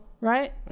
right